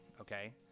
okay